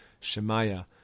Shemaya